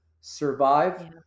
survive